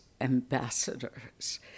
ambassadors